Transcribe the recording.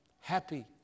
Happy